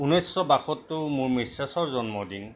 ঊনৈছশ বাসত্তৰ মোৰ মিছেছৰ জন্মদিন